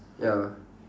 ya